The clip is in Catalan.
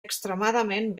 extremadament